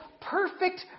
perfect